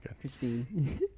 Christine